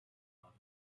love